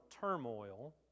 turmoil